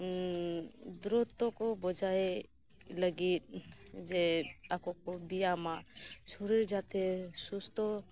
ᱫᱩᱨᱩᱛᱚ ᱠᱚ ᱵᱚᱡᱟᱭ ᱞᱟᱹᱜᱤᱫ ᱡᱮ ᱟᱠᱚ ᱠᱚ ᱵᱮᱭᱟᱢᱟ ᱥᱚᱨᱤᱨ ᱡᱟᱛᱮ ᱥᱩᱥᱛᱷᱚ